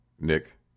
Nick